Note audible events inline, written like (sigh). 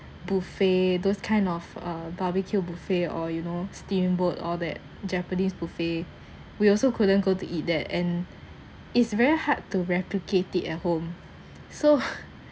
buffet those kind of uh barbecue buffet or you know steamboat all that japanese buffet we also couldn't go to eat that and it's very hard to replicate it at home so (laughs)